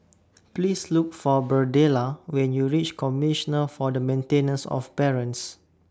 Please Look For Birdella when YOU REACH Commissioner For The Maintenance of Parents